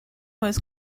was